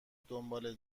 دنباله